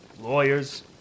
Lawyers